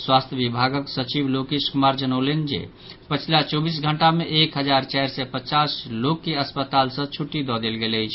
स्वास्थ्य विभागक सचिव लोकेश कुमार सिंह जनौलनि जे पछिला चौबीस घंटा मे एक हजार चारि सय पचास लोक के अस्पताल सँ छुट्टी दऽ देल गेल अछि